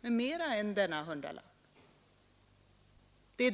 med mera än denna hundralapp.